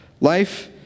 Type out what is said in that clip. Life